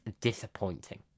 disappointing